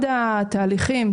אחד התהליכים,